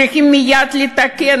צריכים מייד לתקן.